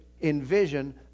envision